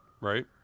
Right